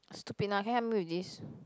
stupid lah can you help me with this